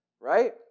right